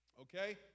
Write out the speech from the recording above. Okay